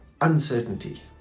uncertainty